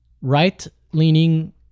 right-leaning